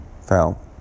fell